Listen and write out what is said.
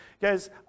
Guys